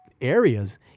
areas